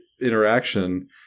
interaction